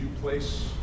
place